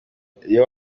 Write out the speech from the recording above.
iyo